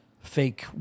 Fake